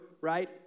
right